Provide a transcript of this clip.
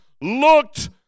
looked